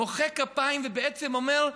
מוחא כפיים ובעצם אומר: